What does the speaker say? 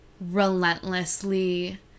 relentlessly